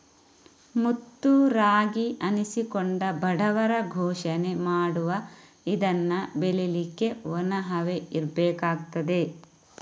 ಮುತ್ತು ರಾಗಿ ಅನ್ನಿಸಿಕೊಂಡ ಬಡವರ ಪೋಷಣೆ ಮಾಡುವ ಇದನ್ನ ಬೆಳೀಲಿಕ್ಕೆ ಒಣ ಹವೆ ಇರ್ಬೇಕಾಗ್ತದೆ